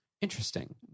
interesting